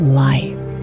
life